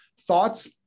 thoughts